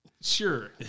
sure